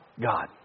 God